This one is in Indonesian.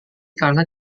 karena